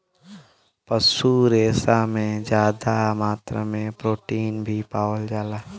पशु रेसा में जादा मात्रा में प्रोटीन भी पावल जाला